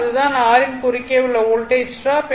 இதுதான் r யின் குறுக்கே உள்ள வோல்டேஜ் ட்ராப்